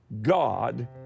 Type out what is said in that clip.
God